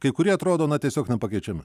kai kurie atrodo na tiesiog nepakeičiami